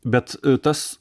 bet tas